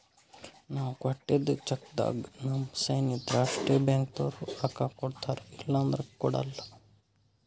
ನಾವ್ ಕೊಟ್ಟಿದ್ದ್ ಚೆಕ್ಕ್ದಾಗ್ ನಮ್ ಸೈನ್ ಇದ್ರ್ ಅಷ್ಟೇ ಬ್ಯಾಂಕ್ದವ್ರು ರೊಕ್ಕಾ ಕೊಡ್ತಾರ ಇಲ್ಲಂದ್ರ ಕೊಡಲ್ಲ